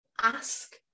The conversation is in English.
ask